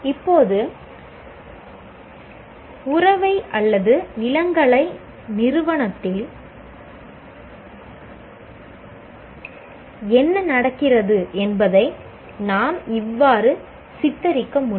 இப்போது உறவை அல்லது இளங்கலை நிறுவனத்தில் என்ன நடக்கிறது என்பதை நாம் இவ்வாறு சித்தரிக்க முடியும்